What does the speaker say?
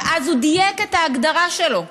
ואז הוא דייק את ההגדרה שלו: